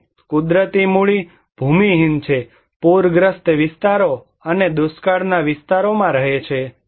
અને કુદરતી મૂડી ભૂમિહીન છે પૂરગ્રસ્ત વિસ્તારો અને દુષ્કાળના વિસ્તારોમાં રહે છે